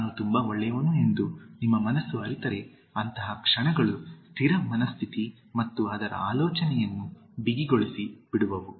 ನಾನು ತುಂಬಾ ಒಳ್ಳೆಯವನು ಎಂದು ನಿಮ್ಮ ಮನಸ್ಸು ಅರಿತರೆ ಅಂತಹ ಕ್ಷಣಗಳು ಸ್ಥಿರ ಮನಸ್ಥಿತಿ ಮತ್ತು ಅದರ ಆಲೋಚನೆಯನ್ನು ಬಿಗಿಗೊಳಿಸಿ ಬಿಡುವವು